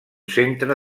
centre